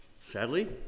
Sadly